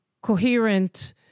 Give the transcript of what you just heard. coherent